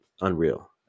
unreal